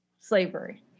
slavery